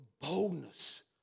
boldness